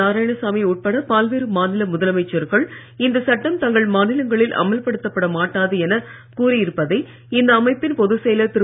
நாராயணசாமி உட்பட பல்வேறு மாநில முதலமைச்சர்கள் இந்த சட்டம் தங்கள் மாநிலங்களில் அமல்ப்படுத்தப்பட மாட்டாது எனக் கூறியிருப்பதை இந்த அமைப்பின் பொதுச் செயலர் திரு